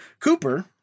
Cooper